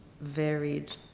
varied